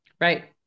Right